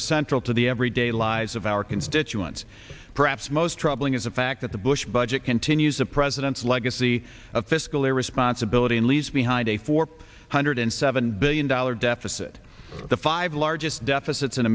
are central to the everyday lives of our constituents perhaps most troubling is the fact that the bush budget continues the president's legacy of fiscal irresponsibility and leaves behind a four hundred seven billion dollars deficit the five largest deficits in